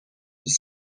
this